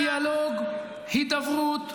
אני בעד דיאלוג, הידברות,